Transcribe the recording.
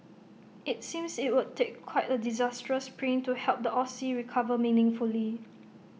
IT seems IT would take quite A disastrous print to help the Aussie recover meaningfully